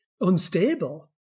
unstable